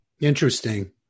Interesting